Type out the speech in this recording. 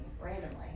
randomly